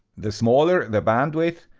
the smaller the bandwidth,